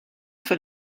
für